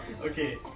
Okay